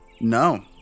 no